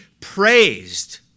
praised